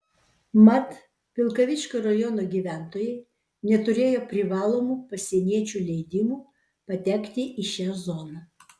mat vilkaviškio rajono gyventojai neturėjo privalomų pasieniečių leidimų patekti į šią zoną